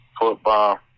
football